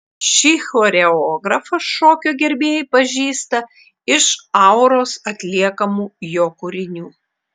šį choreografą šokio gerbėjai pažįsta iš auros atliekamų jo kūrinių